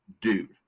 dude